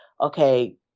okay